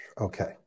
Okay